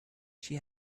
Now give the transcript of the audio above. she